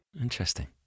Interesting